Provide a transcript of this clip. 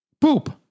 poop